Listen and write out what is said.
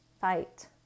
fight